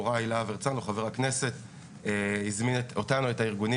חבר הכנסת יוראי להב הרצנו הזמין את הארגונים